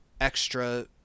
extra